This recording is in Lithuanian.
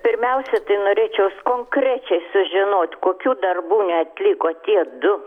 pirmiausia norėčiau konkrečiai sužinoti kokių darbų neatliko tie du